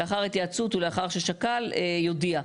לאחר התייעצות ולאחר ששקל יודיע.